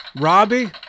Robbie